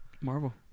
Marvel